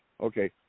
okay